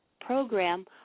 program